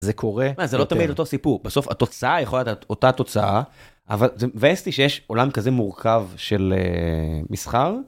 זה קורה, זה לא תמיד אותו סיפור, בסוף התוצאה יכולה להיות אותה תוצאה. אבל זה מבאס אותי שיש עולם כזה מורכב של מסחר.